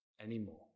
anymore